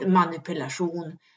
manipulation